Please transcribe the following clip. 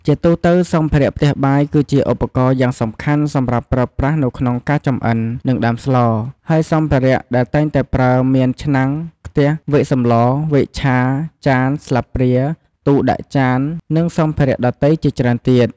ជាទូទៅសម្ភារៈផ្ទះបាយ គឺជាឧបករណ៍យ៉ាងសំខាន់សម្រាប់ប្រើប្រាស់នៅក្នុងការចម្អិន និងដាំស្លរ ហើយសម្ភារៈដែលតែងតែប្រើមាន ឆ្នាំង ខ្ទះ វែកសម្ល វែកឆា ចាន ស្លាព្រា ទូរដាក់ចាន និងសម្ភារៈដទៃជាច្រើនទៀត។